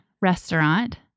restaurant